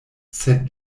sed